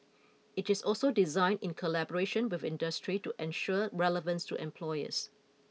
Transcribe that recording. it is also designed in collaboration with industry to ensure relevance to employers